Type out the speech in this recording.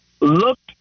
looked